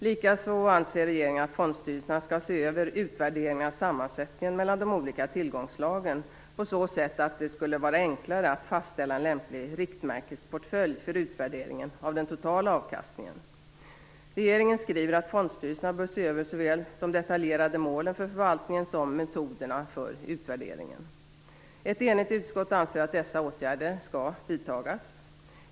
Likaså anser regeringen att fondstyrelserna skall se över utvärderingen av sammansättningen mellan de olika tillgångsslagen på så sätt att det skulle vara enklare att fastställa en lämplig riktmärkesportfölj för utvärderingen av den totala avkastningen. Regeringen skriver att fondstyrelserna bör se över såväl de detaljerade målen för förvaltningen som metoderna för utvärderingen. Ett enigt utskott anser att dessa åtgärder skall vidtas.